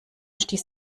stieß